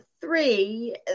three